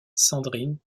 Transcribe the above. sandrine